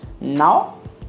Now